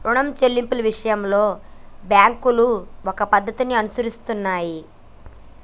రుణం చెల్లింపు విషయంలో బ్యాంకులు ఒక పద్ధతిని అనుసరిస్తున్నాయి